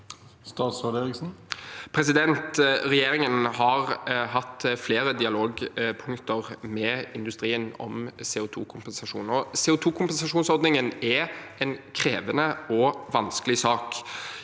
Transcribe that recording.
Bjelland Eriksen Re- gjeringen har hatt flere dialogpunkter med industrien om CO2-kompensasjon. CO2-kompensasjonsordningen er en krevende og vanskelig sak.